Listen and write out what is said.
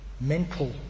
mental